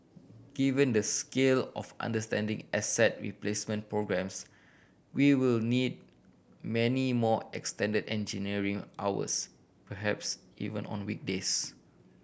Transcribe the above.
given the scale of outstanding asset replacement programmes we will need many more extended engineering hours perhaps even on weekdays